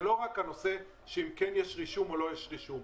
זה לא רק הנושא שאם כן יש רישום או אין רישום.